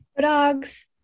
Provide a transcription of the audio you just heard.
dogs